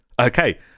Okay